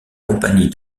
compagnie